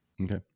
Okay